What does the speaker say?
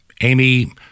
Amy